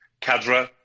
Cadre